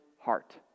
heart